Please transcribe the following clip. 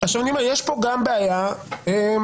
אני רואה בעיה גם